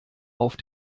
auf